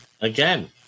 Again